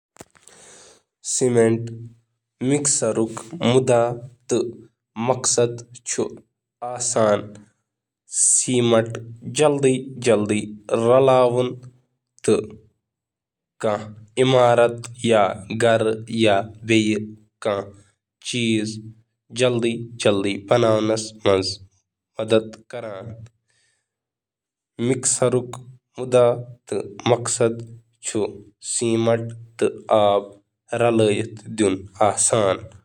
یہٕ چُھ وسیع پیمانس پیٹھ مختلف مقصدن خاطرٕ استعمال یوان کرنہٕ، بشمول کنکریٹ، مارٹر ,چنایہٕ ، پلاسٹر، گراؤٹ، تہٕ وال پٹی۔